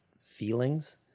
feelings